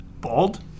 Bald